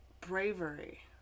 Bravery